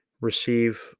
receive